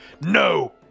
No